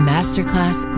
Masterclass